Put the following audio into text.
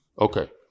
Okay